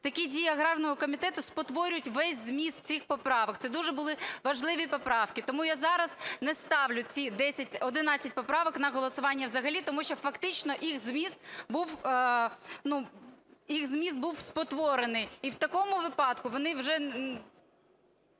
Такі дії аграрного комітету спотворюють весь зміст цих поправок. Це дуже були важливі поправки. Тому я зараз не ставлю ці одинадцять поправок на голосування взагалі. Тому що фактично їх зміст був спотворений. І в такому випадку вони вже…